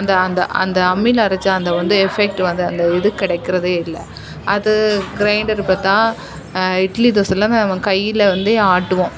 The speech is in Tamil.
அந்த அந்த அந்த அம்மியில் அரைச்சா அந்த வந்து எஃபெக்ட் வந்து அந்த இது கிடைக்கறதே இல்லை அது க்ரைண்டரு பார்த்தா இட்லி தோசை இல்லாமே நம்ம கையில் வந்து ஆட்டுவோம்